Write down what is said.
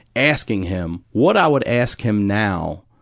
asking him what i would ask him now.